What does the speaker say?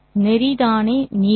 நெறி தானே நீளம்